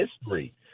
history